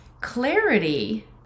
clarity